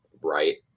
right